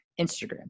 instagram